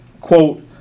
Quote